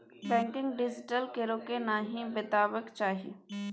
बैंकक डिटेल ककरो नहि बतेबाक चाही